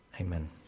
Amen